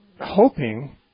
hoping